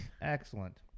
Excellent